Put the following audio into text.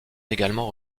également